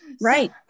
Right